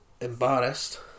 Embarrassed